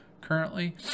currently